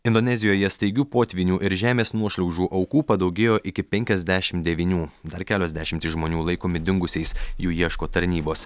indonezijoje staigių potvynių ir žemės nuošliaužų aukų padaugėjo iki penkiasdešim devynių dar kelios dešimtys žmonių laikomi dingusiais jų ieško tarnybos